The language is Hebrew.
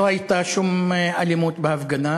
לא הייתה שום אלימות בהפגנה,